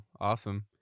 awesome